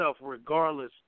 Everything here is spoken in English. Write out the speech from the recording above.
regardless